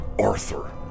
Arthur